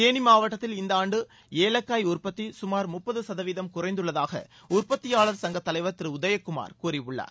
தேனி மாவட்டத்தில் இந்த ஆண்டு ஏலக்காய் உற்பத்தி சுமார் முப்பது சதவீதம் குறைந்துள்ளதாக உற்பத்தியாளர் சங்கத் தலைவர் திரு உதயகுமார் கூறியுள்ளார்